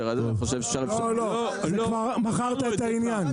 לא, לא, מכרת את העניין.